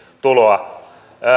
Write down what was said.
tuloa